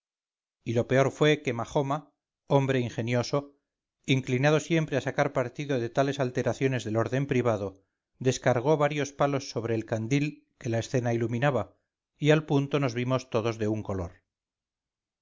y lo peor fue que majoma hombre ingenioso inclinado siempre a sacar partido de tales alteraciones del orden privado descargó varios palos sobre el candil que la escena iluminaba y al punto nos vimos todos de un color